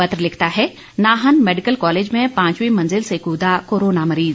पत्र लिखता है नाहन मेडिकल कालेज में पांचवीं मंजिल से कूदा कोरोना मरीज